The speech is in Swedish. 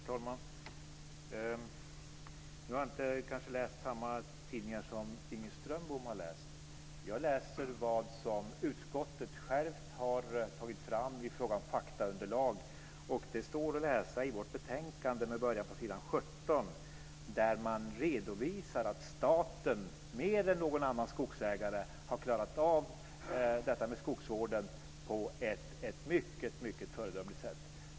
Herr talman! Jag har kanske inte läst samma tidningar som Inger Strömbom har läst. Jag har läst det faktaunderlag som utskottet självt har tagit fram. Det står att läsa i betänkandet på s. 17 där man redovisar att staten mer än någon annan skogsägare har klarat av detta med skogsvården på ett mycket föredömligt sätt.